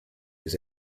his